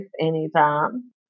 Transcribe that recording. anytime